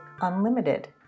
Unlimited